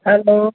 hello